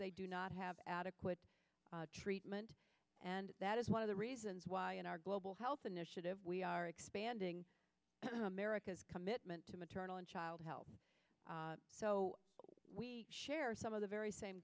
they do not have adequate treatment and that is one of the reasons why in our global health initiative we are expanding america's commitment to maternal and child health so we share some of the very same